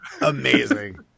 amazing